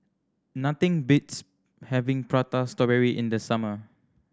nothing beats having Prata Strawberry in the summer